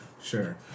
Sure